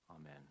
Amen